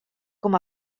com